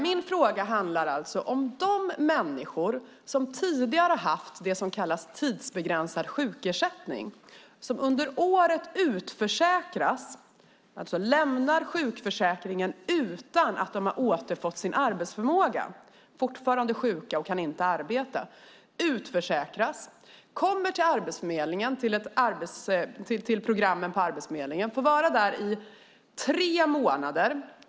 Min fråga handlar alltså om de människor som tidigare haft så kallad tidsbegränsad sjukersättning och som under året utförsäkras, alltså lämnar sjukförsäkringen utan att de återfått sin arbetsförmåga. De är fortfarande sjuka och kan inte arbeta, utförsäkras, kommer till programmen på Arbetsförmedlingen och får vara där i tre månader.